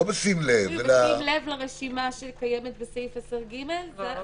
בשים לב לרשימה שקיימת בסעיף 10(ג) זו הכוונה,